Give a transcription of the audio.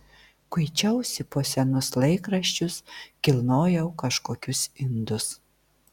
kuičiausi po senus laikraščius kilnojau kažkokius indus